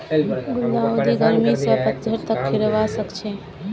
गुलदाउदी गर्मी स पतझड़ तक खिलवा सखछे